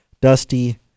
Dusty